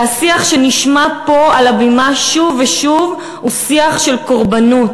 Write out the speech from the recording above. והשיח שנשמע פה על הבמה שוב ושוב הוא שיח של קורבנות.